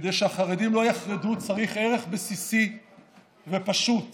כדי שהחרדים לא יחרדו, צריך ערך בסיסי ופשוט